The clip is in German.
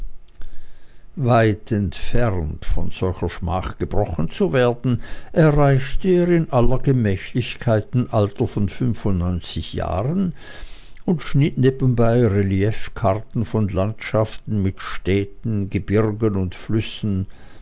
weit entfernt von solcher schmach gebrochen zu werden erreichte er in aller gemächlichkeit ein alter von fünfundneunzig jahren und schnitt nebenbei reliefkarten von landschaften mit städten gebirgen und flüssen